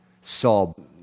sob